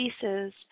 pieces